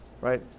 right